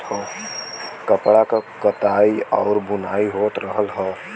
कपड़ा क कताई आउर बुनाई होत रहल हौ